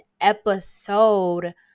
episode